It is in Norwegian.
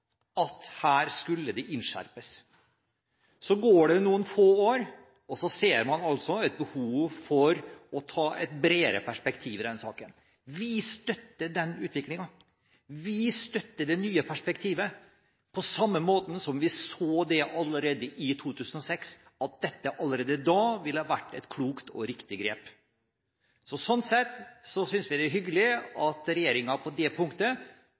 at her skulle det innskjerpes. Så gikk det noen få år, og man så et behov for å ha et bredere perspektiv i den saken. Vi støtter den utviklingen, vi støtter det nye perspektivet, på samme måten som vi allerede i 2006 så at dette ville vært et klokt og riktig grep. Sånn sett synes vi det er hyggelig at regjeringen på det punktet